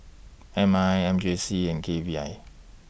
M I M J C and K V I